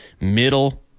middle